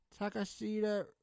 Takashita